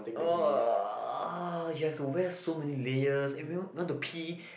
oh ah you have to wear so many layers and when you want to pee